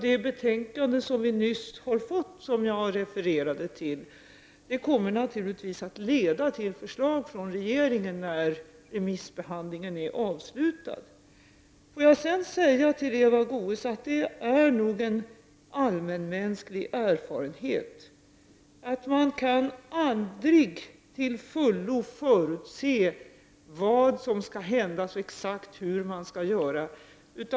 Det betänkande som vi nyss har fått och som jag refererade till kommer naturligtvis att leda till förslag från regeringen när remissbehandlingen är avslutad. Till Eva Goés vill jag också säga att det nog är en allmänmänsklig erfarenhet att man aldrig till fullo kan förutse vad som skall hända och exakt hur man skall göra.